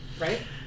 right